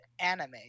anime